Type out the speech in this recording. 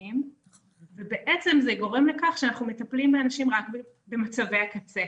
כלכליים ובעצם זה גורם לכך שאנחנו מטפלים באנשים רק במצבי הקצה